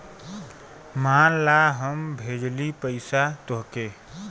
मान ला हम भेजली पइसा तोह्के